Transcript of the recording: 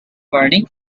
burning